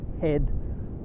head